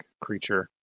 creature